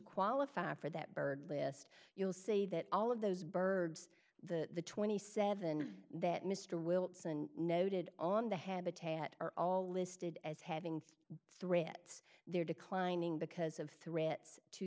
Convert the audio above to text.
qualify for that bird list you'll say that all of those birds the twenty seven that mr wilson noted on the habitat are all listed as having three threats they're declining because of threats to